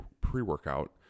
pre-workout